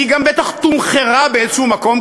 היא גם בטח תומחרה באיזשהו מקום,